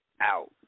Out